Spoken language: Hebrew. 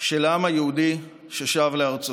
של העם היהודי ששב לארצו.